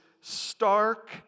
stark